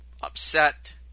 upset